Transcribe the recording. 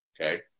Okay